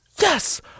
Yes